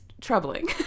troubling